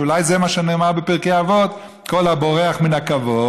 שאולי זה מה שנאמר בפרקי אבות: כל הבורח מן הכבוד,